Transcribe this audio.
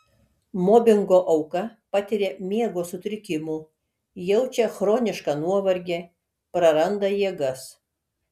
mobingo auka patiria miego sutrikimų jaučia chronišką nuovargį praranda jėgas